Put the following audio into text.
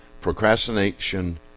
Procrastination